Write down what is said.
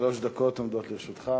שלוש דקות עומדות לרשותך.